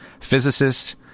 physicists